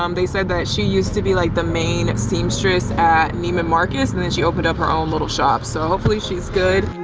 um they said that she used to be like the main seamstress at neiman marcus and then she opened up her own little shops. so hopefully she's good.